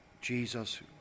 Jesus